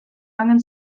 angan